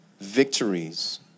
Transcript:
victories